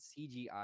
CGI